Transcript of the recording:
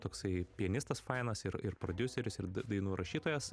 toksai pianistas fainas ir ir prodiuseris ir dainų rašytojas